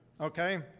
Okay